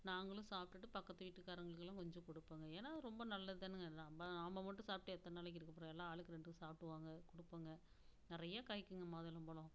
நாங்களும் சாப்பிட்டுட்டு பக்கத்து வீட்டுக்காரங்களுக்குலாம் கொஞ்சம் கொடுப்போங்க ஏன்னா ரொம்ப நல்லதுதானேங்க எல்லாம் நம்ம நாம் மட்டும் சாப்பிட்டு எத்தனை நாளைக்கு இருக்க போகிறோம் எல்லாம் ஆளுக்கு ரெண்டு சாப்பிடுவாங்க கொடுப்போங்க நிறைய காய்க்குங்க மாதுளம்பழம்